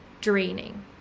draining